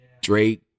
Drake